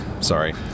Sorry